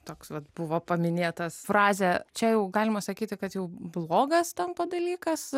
toks vat buvo paminėtas frazė čia jau galima sakyti kad jau blogas tampa dalykas